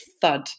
thud